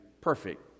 perfect